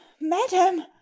madam